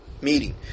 meeting